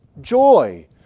joy